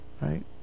right